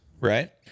right